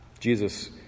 Jesus